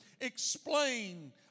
explain